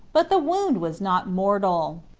but the wound was not mortal.